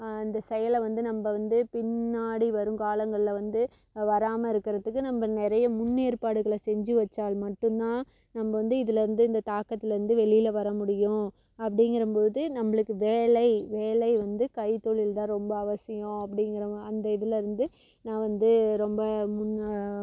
இந்த செயலை வந்து நம்ம வந்து பின்னாடி வருங்காலங்களில் வந்து வராமல் இருக்கிறத்துக்கு நம்ம நிறைய முன்னேற்பாடுகளை செஞ்சு வைச்சால் மட்டும் தான் நம்ம வந்து இதிலேருந்து இந்த தாக்கத்திலேருந்து வெளியில் வர முடியும் அப்படிங்கிற போது நம்மளுக்கு வேலை வேலை வந்து கைத்தொழில் தான் ரொம்ப அவசியம் அப்படிங்கிறவங்க அந்த இதிலேருருந்து நான் வந்து ரொம்ப முன்னே